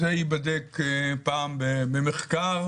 זה ייבדק פעם במחקר